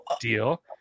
Deal